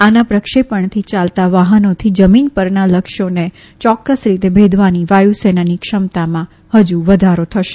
આના પ્રક્ષેપણથી ચાલતા વાહનોથી જમીન પરના લક્ષ્યોને યોક્કસ રીતે ભેદવાની વાયુસેનાની ક્ષમતામાં ફજુ વધારો થશે